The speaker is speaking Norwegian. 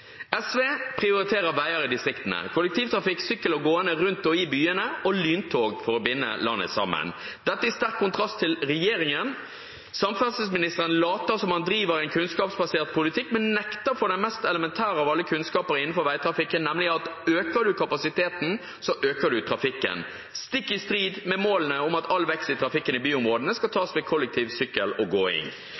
SV prioriterer veier i distriktene, kollektivtrafikk, sykkel og gående rundt og i byene og lyntog for å binde landet sammen. Dette er i sterk kontrast til regjeringen. Samferdselsministeren later som han driver en kunnskapsbasert politikk, men nekter for den mest elementære av alle kunnskaper innenfor veitrafikken, nemlig at øker man kapasiteten, øker man trafikken, stikk i strid med målene om at all vekst i trafikken i byområdene skal tas med kollektiv, sykkel og gåing.